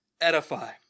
edify